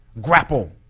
Grapple